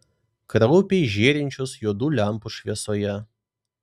kraupiai žėrinčios juodų lempų šviesoje